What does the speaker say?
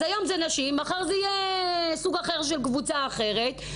אז היום זה נשים ומחר זאת קבוצה אחרת.